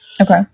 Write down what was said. Okay